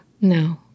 No